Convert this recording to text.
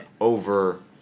over